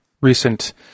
recent